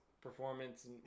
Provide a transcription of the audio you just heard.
performance